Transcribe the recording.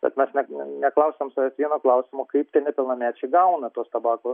bet mes net neklausiam savęs vieno klausimo kaip nepilnamečiai gauna tuos tabako